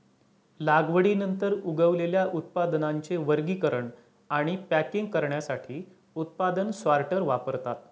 लागवडीनंतर उगवलेल्या उत्पादनांचे वर्गीकरण आणि पॅकिंग करण्यासाठी उत्पादन सॉर्टर वापरतात